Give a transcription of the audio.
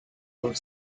hood